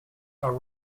are